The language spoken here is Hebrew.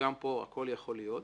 וגם פה הכול יכול להיות.